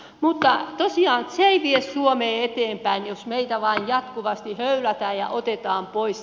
mutta tosiaan se ei vie suomea eteenpäin jos meiltä vain jatkuvasti höylätään ja otetaan pois